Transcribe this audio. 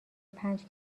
پنج